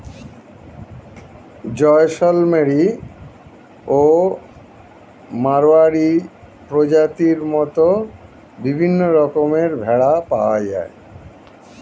জয়সলমেরি ও মাড়োয়ারি প্রজাতির মত বিভিন্ন রকমের ভেড়া পাওয়া যায়